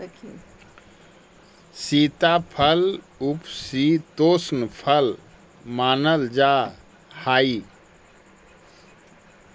सीताफल उपशीतोष्ण फल मानल जा हाई